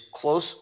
close